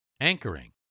Anchoring